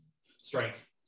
Strength